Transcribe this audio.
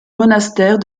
monastère